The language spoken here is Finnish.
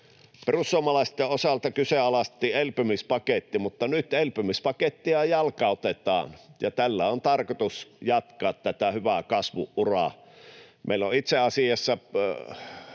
Perussuomalaisten osalta kyseenalaistettiin elpymispaketti, mutta nyt elpymispakettia jalkautetaan, ja tällä on tarkoitus jatkaa tätä hyvää kasvun uraa. Meillä on itse asiassa